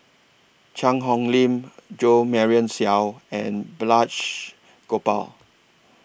Cheang Hong Lim Jo Marion Seow and Balraj Gopal